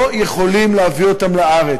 לא יכולים להביא אותם לארץ.